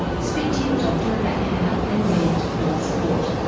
speak to your doctor about how and where to find support.